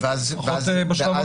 לפחות בשלב הראשון.